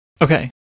okay